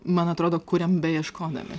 man atrodo kuriam beieškodami